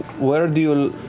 where do you,